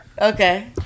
Okay